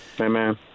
Amen